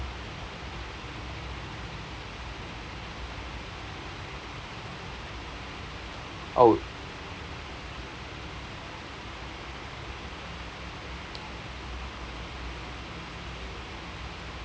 oh